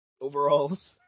overalls